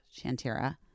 Shantira